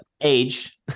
age